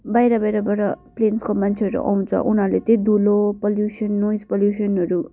बाहिर बाहिरबाट प्लेन्सको मान्छेहरू आउँछ उनीहरूले त्यही धुलो पोल्युसन नोइज पोल्युसनहरू